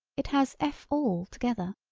it has f all together,